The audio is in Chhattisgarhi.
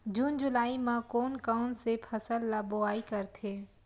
जून जुलाई म कोन कौन से फसल ल बोआई करथे?